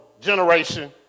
generation